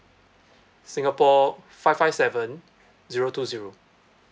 singapore five five seven zero two zero